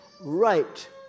right